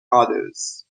others